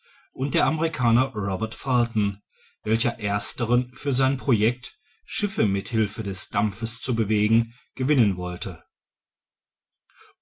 und der amerikaner robert fulton welcher ersteren für sein projekt schiffe mit hilfe des dampfes zu bewegen gewinnen wollte